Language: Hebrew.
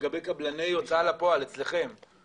לגבי קבלני הוצאה לפועל אצלכם,